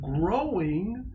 growing